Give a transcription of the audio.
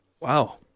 Wow